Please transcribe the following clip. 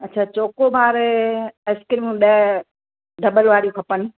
अच्छा chocobar ice cream ॾ double वारियूं खपनि